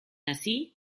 así